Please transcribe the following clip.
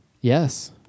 Yes